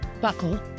buckle